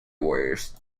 warriors